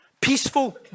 peaceful